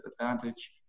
advantage